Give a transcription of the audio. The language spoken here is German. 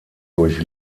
durch